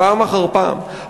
פעם אחר פעם,